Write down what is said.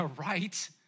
right